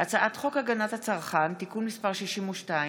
הצעת חוק הגנת הצרכן (תיקון מס' 62)